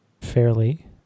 fairly